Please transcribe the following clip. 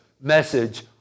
message